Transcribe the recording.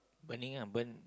burning ah burn